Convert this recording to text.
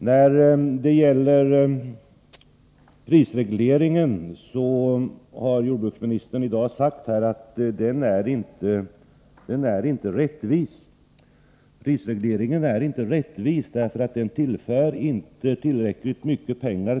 När det gäller prisregleringen har jordbruksministern här i dag sagt att den inte är rättvis — den tillför inte Norrland tillräckligt mycket pengar.